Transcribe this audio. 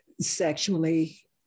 sexually